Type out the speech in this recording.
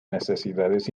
necesidades